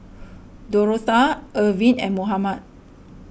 Dorotha Erving and Mohammed